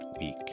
week